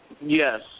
Yes